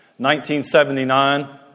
1979